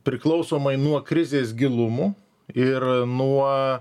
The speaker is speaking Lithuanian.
priklausomai nuo krizės gilumo ir nuo